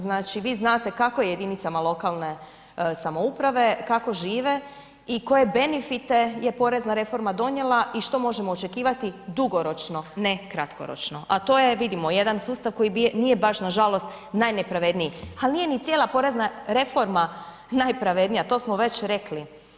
Znači, vi znate kako je jedinicama lokalne samouprave, kako žive i koje benefite je porezna reforma donijela i što možemo očekivati, dugoročno, ne kratkoročno, a to je, vidimo, jedan sustav koji nije baš, nažalost najnepravedniji, ali nije ni cijela porezna reforma najpravednija, to smo već rekli.